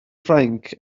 ffrainc